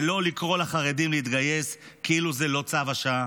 ולא לקרוא לחרדים להתגייס, כאילו זה לא צו השעה?